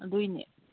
ꯑꯗꯨꯏꯅꯦ